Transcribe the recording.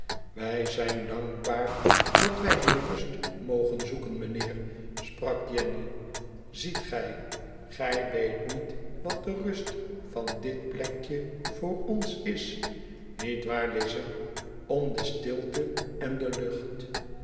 wij zijn dankbaar dat wij hier rust mogen zoeken mijnheer sprak jenny ziet gij gij weet niet wat de rust van dit plekje voor ons is niet waar lize om de stilte en de lucht